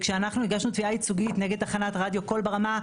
כשאנחנו הגשנו תביעה ייצוגית נגד תחנת רדיו קול ברמה,